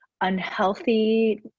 unhealthy